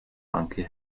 bunker